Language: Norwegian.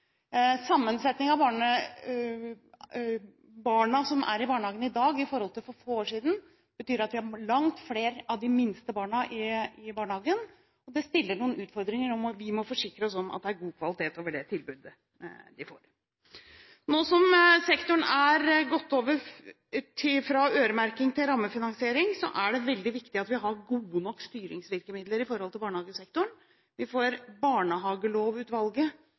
som er i barnehagen i dag i forhold til for få år siden, betyr at vi har langt flere av de minste barna i barnehagen. Det gir oss noen utfordringer, at vi må forsikre oss om at det er god kvalitet i det tilbudet de får. Nå som sektoren har gått over fra øremerking til rammefinansiering, er det veldig viktig at vi har gode nok styringsvirkemidler når det gjelder barnehagesektoren. Vi får en rapport fra barnehagelovutvalget